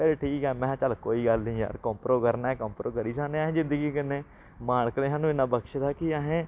ते ठीक ऐ महां चलो कोई गल्ल निं यार कम्परो करना ऐ कम्परो करी सकने असें जिंदगी कन्नै मालक ने सानूं इन्ना बख्शे दा कि असें